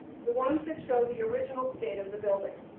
the ones that show the original state of the building.